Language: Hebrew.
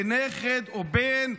ונכד או בן,